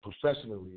professionally